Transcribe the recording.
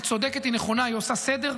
היא צודקת, היא נכונה, היא עושה סדר.